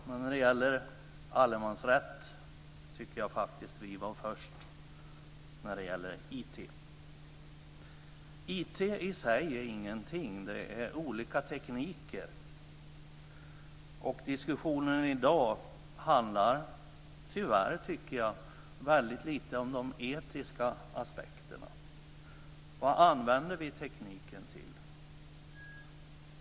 Men jag tycker faktiskt att vi var först när det gäller allemansrätt på IT IT i sig är ingenting. Det är olika tekniker. Diskussionen i dag handlar tyvärr väldigt lite om de etiska aspekterna. Vad använder vi tekniken till?